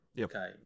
Okay